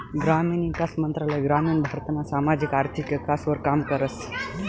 ग्रामीण ईकास मंत्रालय ग्रामीण भारतना सामाजिक आर्थिक ईकासवर काम करस